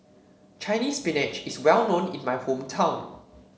Chinese Spinach is well known in my hometown